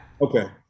Okay